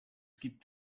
gibt